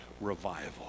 revival